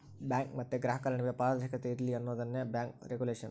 bank ಮತ್ತೆ ಗ್ರಾಹಕರ ನಡುವೆ ಪಾರದರ್ಶಕತೆ ಇರ್ಲಿ ಅನ್ನೋದೇ ಬ್ಯಾಂಕ್ ರಿಗುಲೇಷನ್